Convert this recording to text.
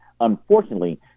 Unfortunately